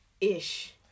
ish